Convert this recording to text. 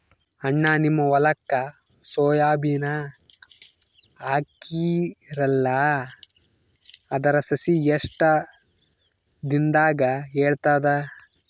ಅಣ್ಣಾ, ನಿಮ್ಮ ಹೊಲಕ್ಕ ಸೋಯ ಬೀನ ಹಾಕೀರಲಾ, ಅದರ ಸಸಿ ಎಷ್ಟ ದಿಂದಾಗ ಏಳತದ?